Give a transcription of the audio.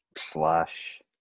Slash